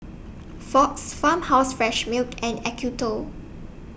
Fox Farmhouse Fresh Milk and Acuto